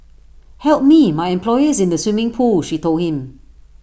help me my employer is in the swimming pool she told him